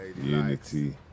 Unity